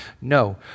No